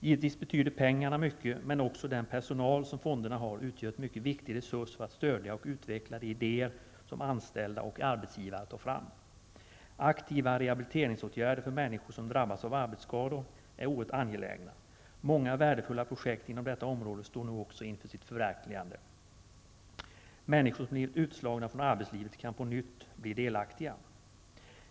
Givetvis betyder pengar mycket, men också den personal som fonderna har utgör en mycket viktig resurs för att stödja och utveckla de idéer som anställda och arbetsgivare tar fram. Aktiva rehabiliteringsåtgärder för människor som drabbats av arbetsskador är oerhört angelägna. Många värdefulla projekt inom detta område står nu också inför sitt förverkligande. Människor som blivit utslagna från arbetslivet kan på nytt bli delaktiga.